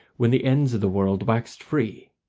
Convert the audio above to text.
when the ends of the world waxed free,